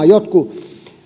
jotkut